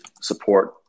support